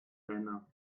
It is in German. männer